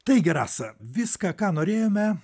taigi rasa viską ką norėjome